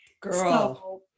girl